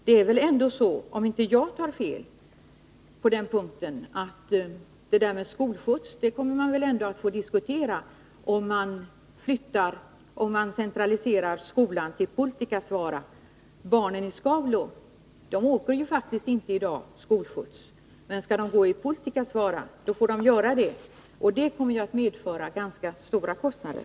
Det är väl ändå så, om inte jag tar fel på den punkten, att detta med skolskjuts kommer man att få diskutera, om man centraliserar skolan till Puoltikasvaara. Barnen i Skaulo åker ju faktiskt i dag inte skolskjuts. Men skall de gå i Puoltikasvaara får de åka skolskjuts, och det kommer att medföra ganska stora kostnader.